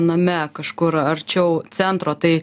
name kažkur arčiau centro tai